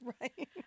Right